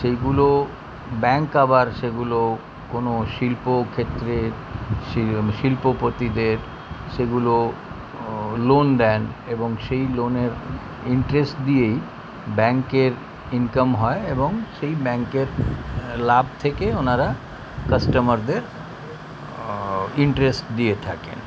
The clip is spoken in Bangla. সেগুলো ব্যাঙ্ক আবার সেগুলো কোনও শিল্পক্ষেত্রে শিল্পপতিদের সেগুলো লোন দেন এবং সেই লোনের ইন্টারেস্ট দিয়েই ব্যাঙ্কের ইনকাম হয় এবং সেই ব্যাঙ্কের লাভ থেকে ওনারা কাস্টমারদের ইন্টারেস্ট দিয়ে থাকেন